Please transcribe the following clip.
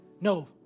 No